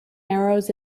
arrows